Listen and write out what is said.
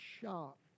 shocked